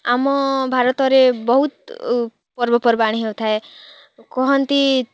ଆମ ଭାରତରେ ବହୁତ୍ ପର୍ ପର୍ବାଣୀ ହଉଥାଏ କୁହନ୍ତି